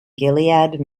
gilead